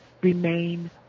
remain